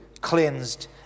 cleansed